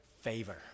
favor